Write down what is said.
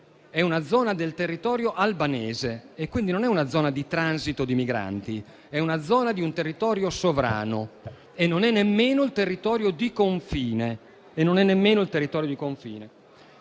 è una zona del territorio albanese. Non è una zona di transito di migranti; è una zona di un territorio sovrano e non è nemmeno il territorio di confine.